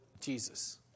Jesus